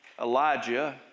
Elijah